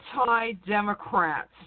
anti-Democrats